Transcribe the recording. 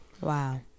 Wow